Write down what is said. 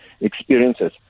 experiences